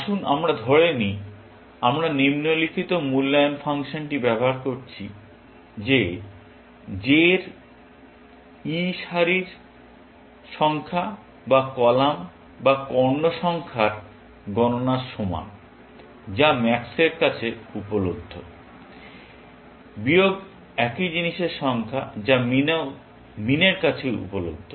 আসুন আমরা ধরে নিই যে আমরা নিম্নলিখিত মূল্যায়ন ফাংশনটি ব্যবহার করছি যে j এর e সারির সংখ্যা বা কলাম বা কর্ণ সংখ্যার গণনার সমান যা ম্যাক্সের কাছে উপলব্ধ বিয়োগ একই জিনিসের সংখ্যা যা মিনের কাছে উপলব্ধ